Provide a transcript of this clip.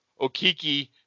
Okiki